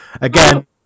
Again